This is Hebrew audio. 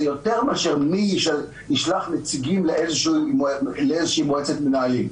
יותר מאשר מי ישלח נציגים לאיזושהי מועצת מנהלים.